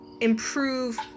improve